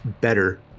better